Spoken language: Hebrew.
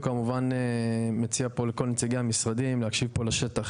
אני מציע פה לכל נציגי המשרדים להקשיב לשטח,